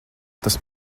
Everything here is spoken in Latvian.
tas